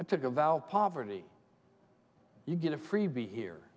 i took a vow poverty you get a freebie here